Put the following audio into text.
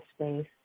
space